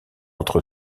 entre